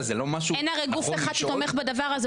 אין הרי גוף אחד שתומך בדבר הזה,